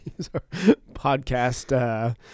podcast